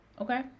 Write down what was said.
Okay